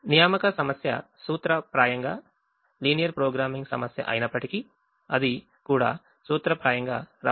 assignment problem సూత్రప్రాయం గా linear programming సమస్య అయినప్పటికీ అది కూడా సూత్రప్రాయంగా అసైన్మెంట్ ప్రాబ్లెమ్